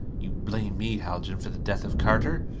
you blame me, haljan, for the death of carter?